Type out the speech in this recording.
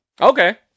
Okay